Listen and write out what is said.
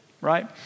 right